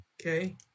Okay